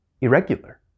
Irregular